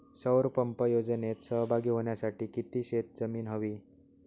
सौर पंप योजनेत सहभागी होण्यासाठी किती शेत जमीन हवी?